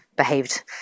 behaved